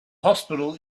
hospital